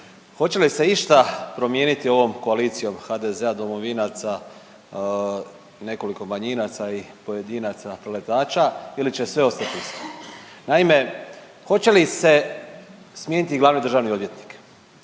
hoće li se išta promijeniti ovom koalicijom HDZ-a, domovinaca, nekoliko manjinaca i pojedinaca preletača ili će sve ostati isto. Naime, hoće li se smijeniti glavni državni odvjetnik?